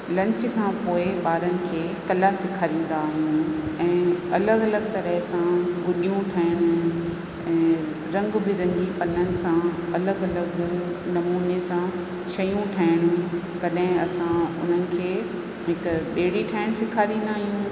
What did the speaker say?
lunch खां पोइ ॿारनि खे कला सेखारींदा आहियूं ऐं अलॻि अलॻि तरह सां गुॾियूं ठाहिण ऐं रंग बि रंगी पननि सां अलॻि अलॻि नमूने सां शयूं ठाहिण कॾहिं असां हुननि खे हिक ॿेड़ी ठाहिण सेखारींदा आहियूं